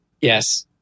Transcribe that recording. Yes